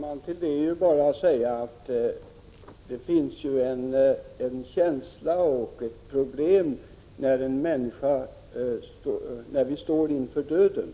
Fru talman! Oavsett vilket dödsbegrepp som gäller finns känslor och problem med i bilden när en människa står inför döden.